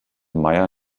mayer